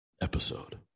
episode